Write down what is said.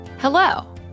Hello